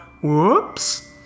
Whoops